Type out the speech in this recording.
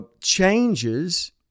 changes